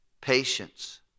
Patience